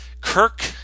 Kirk